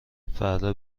فردا